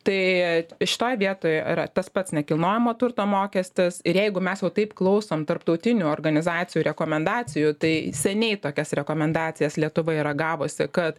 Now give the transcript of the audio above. tai šitoj vietoj yra tas pats nekilnojamo turto mokestis ir jeigu mes jau taip klausom tarptautinių organizacijų rekomendacijų tai seniai tokias rekomendacijas lietuva yra gavusi kad